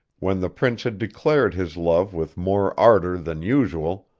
when the prince had declared his love with more ardor than usual,